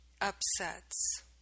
upsets